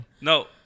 No